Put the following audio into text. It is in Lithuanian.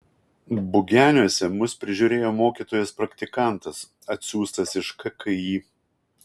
bugeniuose mus prižiūrėjo mokytojas praktikantas atsiųstas iš kki